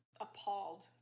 appalled